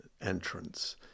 entrance